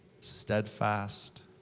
steadfast